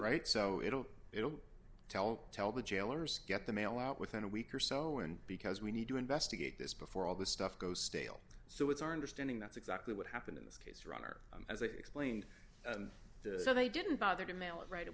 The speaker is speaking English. right so it'll it'll tell tell the jailers get the mail out within a week or so and because we need to investigate this before all this stuff goes stale so it's our understanding that's exactly what happened in this case runner as i explained so they didn't bother to mail it right